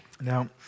Now